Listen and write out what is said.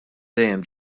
dejjem